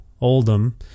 Oldham